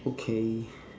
okay